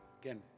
again